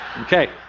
Okay